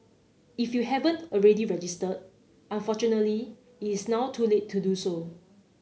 if you haven't already registered unfortunately it is now too late to do so